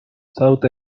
south